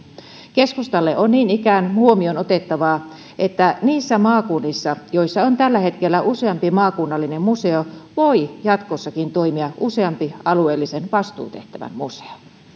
keskustalle on niin ikään huomioon otettavaa että niissä maakunnissa joissa on tällä hetkellä useampi maakunnallinen museo voi jatkossakin toimia useampi alueellisen vastuutehtävän museo